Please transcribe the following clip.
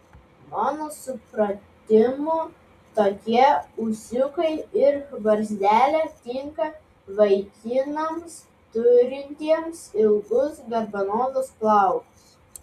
mano supratimu tokie ūsiukai ir barzdelė tinka vaikinams turintiems ilgus garbanotus plaukus